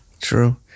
True